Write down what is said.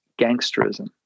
gangsterism